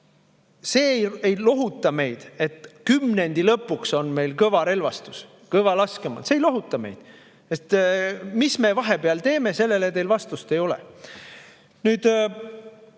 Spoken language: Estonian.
See ei lohuta meid, et kümnendi lõpuks on meil kõva relvastus, kõva laskemoon. See ei lohuta meid! Sest mis me vahepeal teeme, sellele teil vastust ei ole.